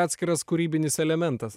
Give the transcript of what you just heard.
atskiras kūrybinis elementas vizą